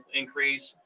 increase